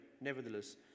nevertheless